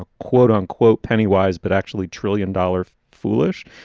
ah quote unquote penny wise, but actually trillion dollar foolish,